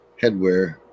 headwear